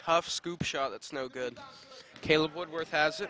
tough scoop shot that's no good caleb woodward has